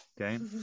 Okay